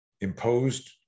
imposed